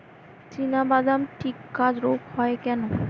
চিনাবাদাম টিক্কা রোগ হয় কেন?